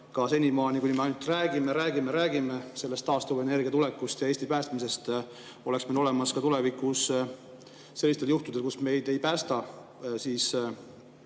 et senimaani, kuni me ainult räägime, räägime, räägime sellest taastuvenergia tulekust ja Eesti päästmisest, oleks meil olemas [elekter] ka tulevikus sellistel juhtudel, kus meid ei päästa